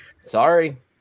sorry